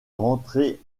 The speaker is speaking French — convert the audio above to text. rentrer